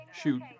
shoot